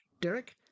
Derek